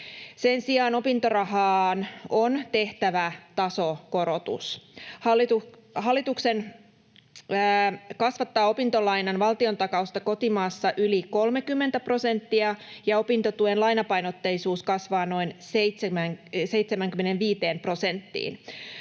Sen sijaan opintorahaan on tehtävä tasokorotus. Hallitus kasvattaa opintolainan valtiontakausta kotimaassa yli 30 prosenttia, ja opintotuen lainapainotteisuus kasvaa noin 75 prosenttiin.